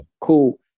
Cool